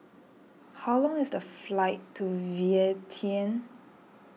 how long is the flight to Vientiane